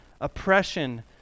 oppression